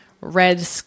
Red